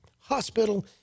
hospital